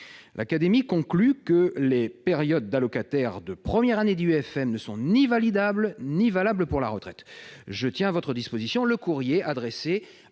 L'académie conclut que « les périodes d'allocataires de première année d'IUFM ne sont ni validables ni valables pour la retraite ». Je tiens à votre disposition le courrier adressé